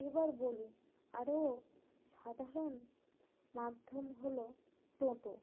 এবার বলি আরও সাধারণ মাধ্যম হলো টোটো